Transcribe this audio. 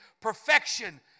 perfection